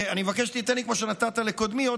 אני מבקש שתיתן לי כמו שנתת לקודמי.